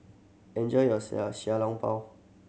enjoy your xiao Xiao Long Bao